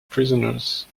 prisoners